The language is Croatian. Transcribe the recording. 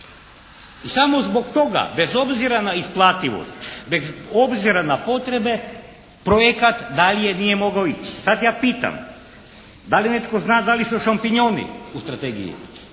I samo zbog toga bez obzira na isplativost, bez obzira na potrebe projekat dalje nije mogao ići. Sad ja pitam da li netko zna da li su šampinjoni u strategiji?